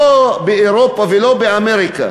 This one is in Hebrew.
לא באירופה ולא באמריקה,